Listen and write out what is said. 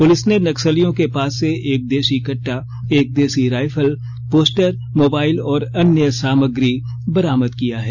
police ने नक्सलियों के पास से एक देसी कद्दा एक देशी राइफल पोस्टर मोबाइल और अन्य सामग्री बरामद किया है